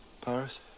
Paris